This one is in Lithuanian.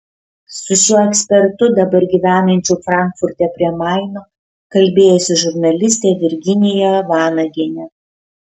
su šiuo ekspertu dabar gyvenančiu frankfurte prie maino kalbėjosi žurnalistė virginija vanagienė